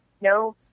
no